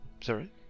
sorry